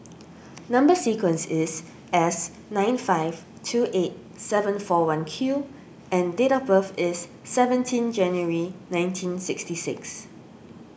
Number Sequence is S nine five two eight seven four one Q and date of birth is seventeen January nineteen sixty six